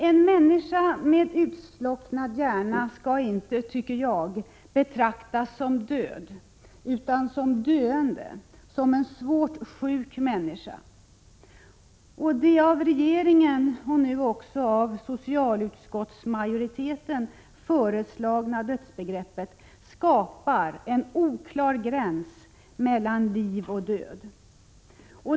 En människa med utslocknad hjärna skall inte betraktas som död, utan som döende, som en svårt sjuk människa. Det av regeringen, och nu också av socialutskottsmajoriteten, föreslagna dödsbegreppet skapar en oklar gräns mellan liv och död.